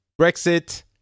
Brexit